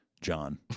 John